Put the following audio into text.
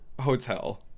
hotel